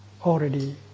already